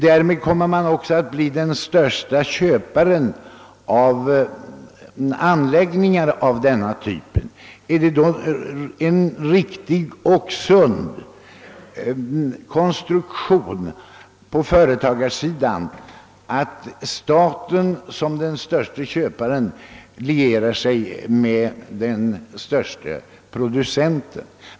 Därmed blir staten också den störste köparen av anläggningar av denna typ. är det då en riktig och sund konstruktion på företagssidan att staten som den störste köparen lierar sig med den största producenten?